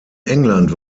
england